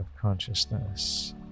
consciousness